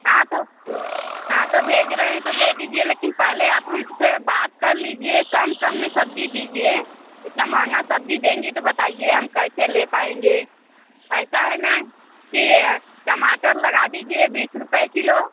हाँ तो हाँ तो भेज रहे हैं दे दीजिए लेकिन पहले आप हमसे बात कर लीजिए कम कम में सब्ज़ी दीजिए इतना महंगा सब्ज़ी देगी तो बताइए हम कैसे ले पाएंगे ऐसा है न टमाटर की लगा दीजिए बीस रुपये किलो